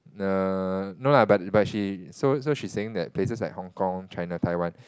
err no lah but but she so so she's saying that places like Hong-Kong China Taiwan